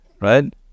Right